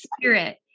Spirit